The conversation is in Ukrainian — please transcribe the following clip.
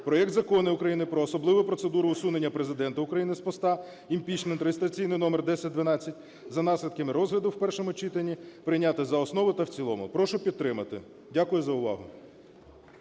проект Закону України про особливу процедуру усунення Президента України з поста (імпічмент) (реєстраційний номер 1012) за наслідками розгляду в першому читанні прийняти за основу та в цілому. Прошу підтримати. Дякую за увагу.